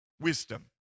wisdom